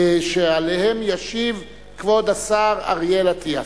שעליה ישיב כבוד השר אריאל אטיאס.